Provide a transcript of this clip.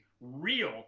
real